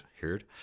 heard